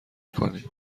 کنیم